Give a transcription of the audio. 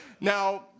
Now